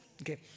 Okay